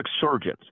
surgeons